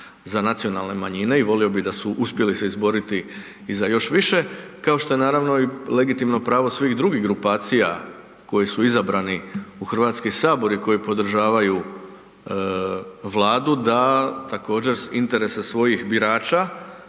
za nacionalne manjine i volio bi da su uspjeli se izboriti i za još više, kao što je naravno i legitimno pravo svih drugih grupacija koji su izabrani u HS i koji podržavaju Vladu da također s interesa svojim birača,